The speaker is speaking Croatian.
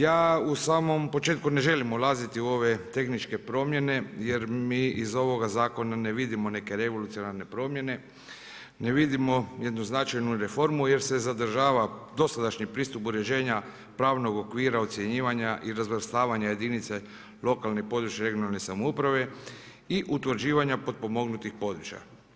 Ja u samom početku ne želim ulaziti u ove tehničke promjene, jer mi iz ovoga zakona ne vidimo neke revolucionarne promjene, ne vidimo neku značajnu reformu jer se zadržava dosadašnji pristup uređenja pravnog okvira ocjenjivanja i razvrstavanja jedinice lokalne i područne (regionalne) samouprave i utvrđivanja potpomognutih područja.